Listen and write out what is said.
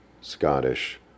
Scottish